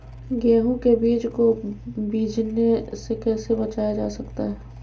गेंहू के बीज को बिझने से कैसे बचाया जा सकता है?